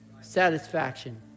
satisfaction